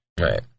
Right